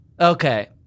Okay